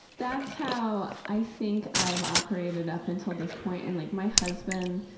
that's how i think i've operated up until this point. and like my husband,